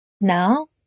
Now